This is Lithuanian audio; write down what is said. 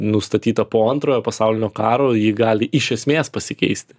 nustatyta po antrojo pasaulinio karo ji gali iš esmės pasikeisti